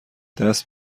دست